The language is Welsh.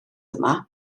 yma